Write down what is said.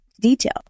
detail